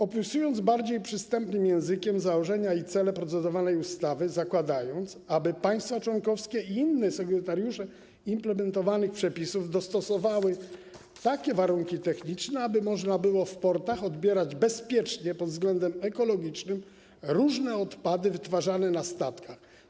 Opisując bardziej przystępnym językiem założenia i cele procedowanej ustawy, powiem, iż chodzi o to, aby państwa członkowskie i inni sygnatariusze implementowanych przepisów dostosowali warunki techniczne do tego, żeby można było w portach odbierać bezpiecznie pod względem ekologicznym różne odpady wytwarzane na statkach.